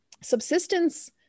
subsistence